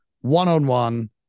one-on-one